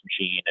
machine